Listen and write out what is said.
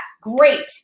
Great